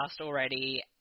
already